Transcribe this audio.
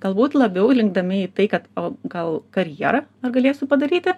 galbūt labiau linkdami į tai kad o gal karjerą ar galėsiu padaryti